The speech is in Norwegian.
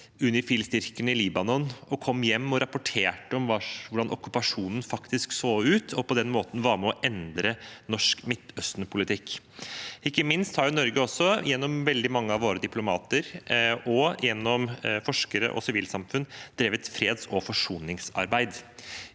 UNIFIL-styrken i Libanon og kom hjem og rapporterte om hvordan okkupasjonen faktisk så ut, og på den måten var med på å endre norsk Midtøsten-politikk. Ikke minst har Norge også gjennom veldig mange av våre diplomater og gjennom forskere og sivilsamfunn drevet freds- og forsoningsarbeid.